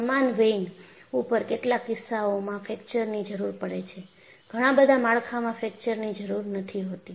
સમાન વેઇન ઉપર કેટલાક કિસ્સાઓમાં ફ્રેકચરની જરૂરી પડે છે ઘણા બધાં માળખામાં ફ્રેકચરની જરૂર નથી હોતી